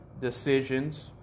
decisions